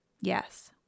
Yes